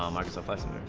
um microsoft license